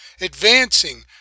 advancing